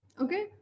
Okay